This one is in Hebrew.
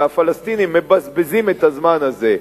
והפלסטינים מבזבזים את הזמן הזה,